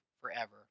forever